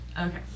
Okay